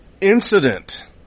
incident